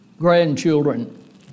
Grandchildren